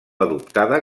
adoptada